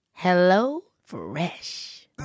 HelloFresh